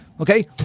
okay